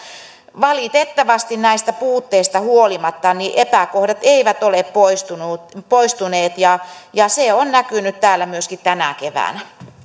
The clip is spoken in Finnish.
valitettavasti näistä puutteista huolimatta epäkohdat eivät ole poistuneet poistuneet ja ja se on näkynyt täällä myöskin tänä keväänä